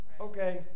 Okay